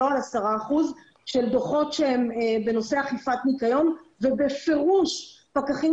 לא על 10% של דוחות בנושא אכיפת ניקיון ובפירוש פקחים